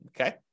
Okay